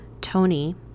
Tony